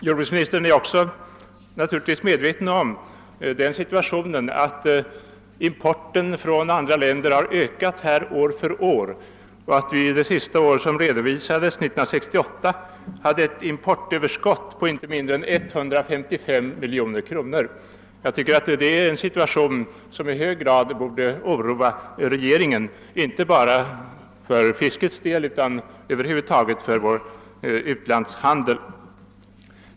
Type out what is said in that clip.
Jordbruksministern är naturligtvis också medveten om att importen från andra länder har ökat år från år och att vi det senaste år som redovisas — 1968 — hade ett importöverskott på inte mindre än 155 miljoner kronor. Det är en situation som i hög grad borde oroa regeringen, inte bara för fiskets del utan över huvud taget med tanke på vår utrikeshandel.